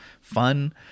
fun